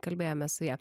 kalbėjomės su ja